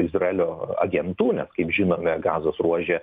izraelio agentų nes kaip žinome gazos ruože